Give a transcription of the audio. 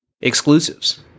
exclusives